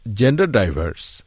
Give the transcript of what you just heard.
gender-diverse